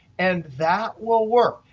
and that will work.